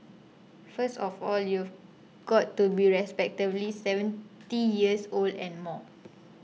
first of all you've got to be respectably seventy years old and more